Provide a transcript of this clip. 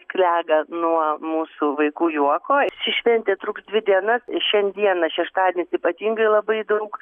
klega nuo mūsų vaikų juoko ir ši šventė truks dvi dienas šiandieną šeštadienis ypatingai labai daug